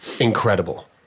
incredible